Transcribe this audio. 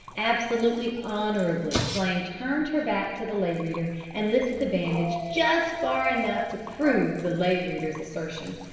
absolutely honorably, flame turned her back to the lay reader, and lifted the bandage just far enough to prove the lay reader's assertion.